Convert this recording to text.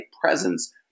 presence